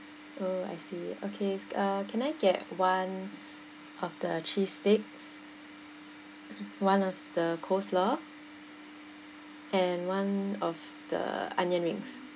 oh I see okay uh can I get one of the cheese sticks one of the coleslaw and one of the onion rings